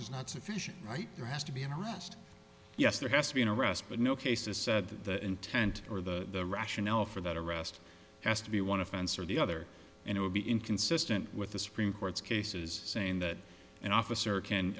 is not sufficient right there has to be an arrest yes there has to be an arrest but no case is said that the intent or the rationale for that arrest has to be one offense or the other and it would be inconsistent with the supreme court's cases saying that an officer can